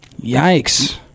Yikes